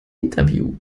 interview